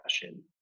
fashion